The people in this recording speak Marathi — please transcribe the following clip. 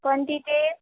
पण तिथे